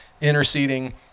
interceding